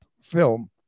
film